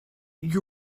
you